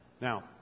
Now